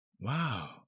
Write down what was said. Wow